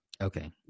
Okay